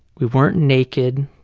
we weren't naked.